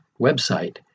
website